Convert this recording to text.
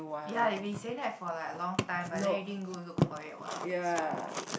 ya you've been saying that for like a long time but then you didn't go look for it what so